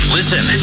Listen